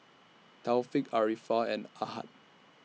Taufik Arifa and Ahad